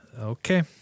okay